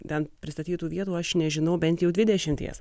ten pristatytų vietų aš nežinau bent jau dvidešimties